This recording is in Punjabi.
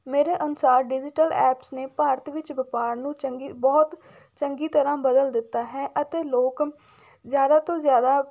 ਮੇਰੇ ਅਨੁਸਾਰ ਡਿਜ਼ੀਟਲ ਐਪਸ ਨੇ ਭਾਰਤ ਵਿੱਚ ਵਪਾਰ ਨੂੰ ਚੰਗੀ ਬਹੁਤ ਚੰਗੀ ਤਰ੍ਹਾਂ ਬਦਲ ਦਿੱਤਾ ਹੈ ਅਤੇ ਲੋਕ ਜ਼ਿਆਦਾ ਤੋਂ ਜ਼ਿਆਦਾ